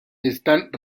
están